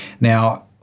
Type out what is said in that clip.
Now